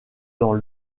dans